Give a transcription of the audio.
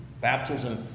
Baptism